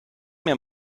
mir